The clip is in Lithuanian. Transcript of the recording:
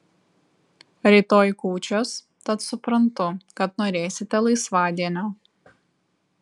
rytoj kūčios tad suprantu kad norėsite laisvadienio